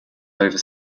over